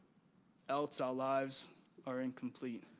else our lives are incomplete,